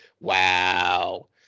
Wow